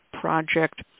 project